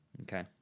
Okay